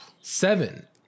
Seven